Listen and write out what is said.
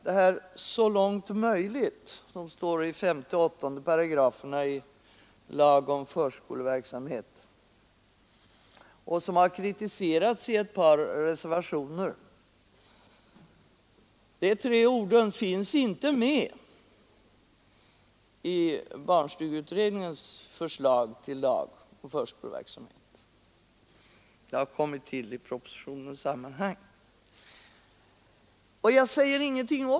De tre orden ”så långt möjligt” som står i 5 och 8 §§ i lag om förskoleverksamhet och som har kritiserats i ett par reservationer finns inte med i barnstugeutredningens förslag till lag om förskoleverksamhet. De har kommit till i propositionen.